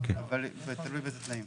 אבל תלוי באיזה תנאים.